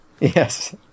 Yes